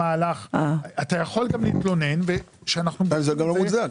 אתה יכול גם להתלונן וכשאנחנו בודקים את זה